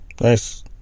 nice